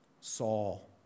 Saul